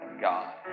God